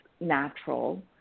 natural